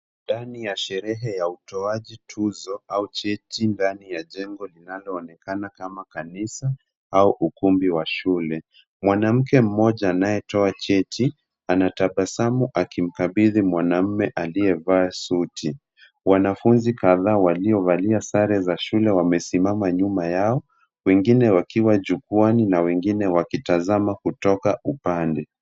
Ndani ya sherehe ya utoaji tuzo au cheti ndani ya jengo linaloonekana kama kanisa, au ukumbi wa shule. Mwanamke mmoja anayetoa cheti, anatabasamu akimkabidhi mwanamume aliyevaa suti. Wanafunzi kadhaa waliovalia sare za shule wamesimama nyuma yao, wengine wakiwa jukwaani na wengine wakitazama kutoka upande.